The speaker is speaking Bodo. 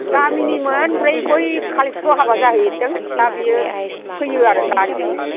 गामिनिमोन ओमफ्राय बै कालिफुख्रियाव हाबा जाहैदों दा बियो फैयो आरो गारिजोंनो